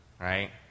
right